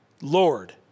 Lord